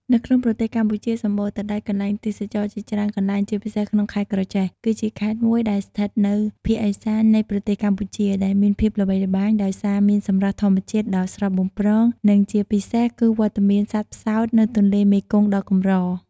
នៅក្នុងប្រទេសកម្ពុជាសម្បូរទៅដោយកន្លែងទេសចរណ៍ជាច្រើនកន្លែងជាពិសេសក្នុងខេត្តក្រចេះ គឺជាខេត្តមួយដែលស្ថិតនៅភាគឦសាននៃប្រទេសកម្ពុជា ដែលមានភាពល្បីល្បាញដោយសារមានសម្រស់ធម្មជាតិដ៏ស្រស់បំព្រង និងជាពិសេសគឺវត្តមានសត្វផ្សោតនៅទន្លេមេគង្គដ៏កម្រ ។